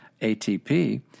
ATP